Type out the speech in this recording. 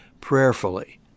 prayerfully